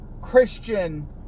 Christian